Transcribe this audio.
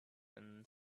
and